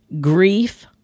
grief